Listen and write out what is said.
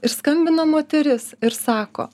ir skambina moteris ir sako